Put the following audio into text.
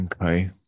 Okay